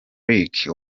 rick